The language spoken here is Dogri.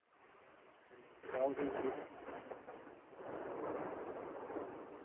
आओ तुस ते